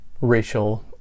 racial